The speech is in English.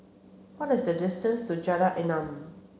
what is the distance to Jalan Enam